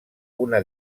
una